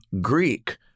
Greek